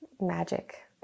magic